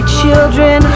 children